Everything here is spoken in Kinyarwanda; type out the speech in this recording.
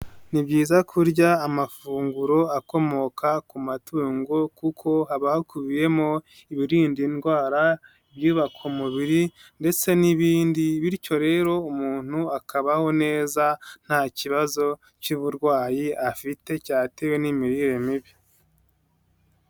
Ni byiza kurya amafunguro akomoka ku matungo kuko haba hakubiyemo ibirinda indwara, ibyubaka umubiri ndetse n'ibindi bityo rero umuntu akabaho neza nta kibazo cy'uburwayi afite cyatewe n'imirire mibi.